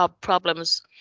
problems